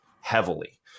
heavily